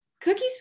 Cookies